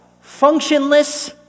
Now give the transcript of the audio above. functionless